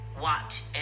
Watch